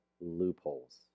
loopholes